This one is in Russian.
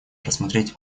рассмотреть